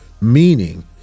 meaning